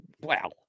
wow